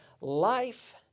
Life